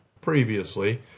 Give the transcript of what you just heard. previously